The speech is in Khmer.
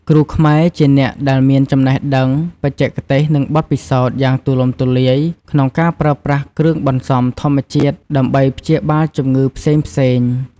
គ្រូខ្មែរជាអ្នកដែលមាន ចំណេះដឹង បច្ចេកទេស និងបទពិសោធន៍ យ៉ាងទូលំទូលាយក្នុងការប្រើប្រាស់ គ្រឿងបន្សំធម្មជាតិ ដើម្បីព្យាបាលជំងឺផ្សេងៗ។